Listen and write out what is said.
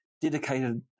dedicated